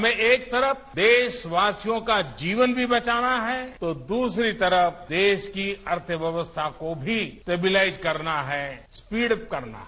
हमें एक तरफ देशवासियों का जीवन भी बचाना है तो दूसरी तरफ देश की अर्थव्यवस्था को भी स्टेबुलाइज करना है स्पीडअप करना है